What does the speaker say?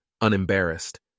unembarrassed